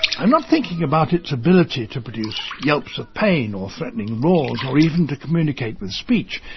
i'm not thinking about its ability to produce yelps of pain or threatening roars or even to communicate with speech.